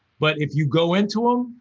but if you go into them,